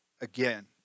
again